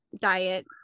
diet